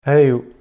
Hey